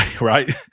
Right